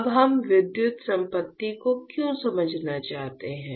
अब हम विद्युत संपत्ति को क्यों समझना चाहते हैं